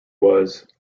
was